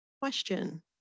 Question